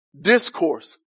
discourse